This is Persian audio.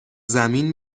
زمین